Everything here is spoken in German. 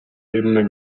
ebene